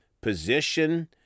position